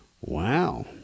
Wow